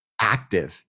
active